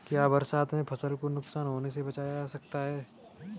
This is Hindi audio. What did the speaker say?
क्या बरसात में फसल को नुकसान होने से बचाया जा सकता है?